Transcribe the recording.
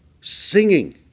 singing